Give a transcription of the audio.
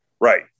Right